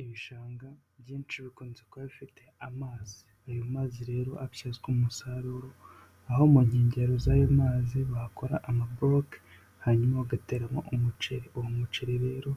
Ibishanga byinshi bikunze kuba bifite amazi. Ayo mazi rero abyazwa umusaruro aho mu nkengero z'ayo mazi bakora amabuloke hanyuma bagateramo umuceri, uwo muceri rero